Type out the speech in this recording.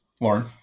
Lauren